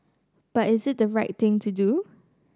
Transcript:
but is it the right thing to do